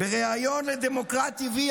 אמרתי בריאיון לדמוקרטTV: